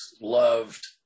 loved